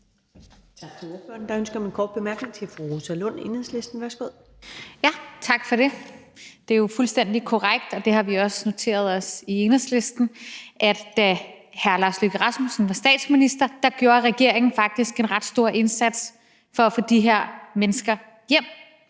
Tak for det. Det er jo fuldstændig korrekt, og det har vi også noteret os i Enhedslisten, at da hr. Lars Løkke Rasmussen var statsminister, gjorde regeringen faktisk en ret stor indsats for at få de her mennesker hjem.